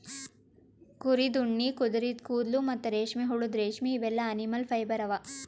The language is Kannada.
ಕುರಿದ್ ಉಣ್ಣಿ ಕುದರಿದು ಕೂದಲ ಮತ್ತ್ ರೇಷ್ಮೆಹುಳದ್ ರೇಶ್ಮಿ ಇವೆಲ್ಲಾ ಅನಿಮಲ್ ಫೈಬರ್ ಅವಾ